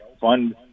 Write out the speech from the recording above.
fund